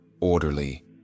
orderly